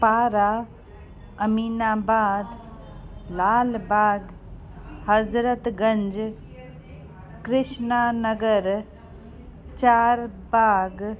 Para Aminabad Lalbagh Hazratganj Krishna Nagar Charbagh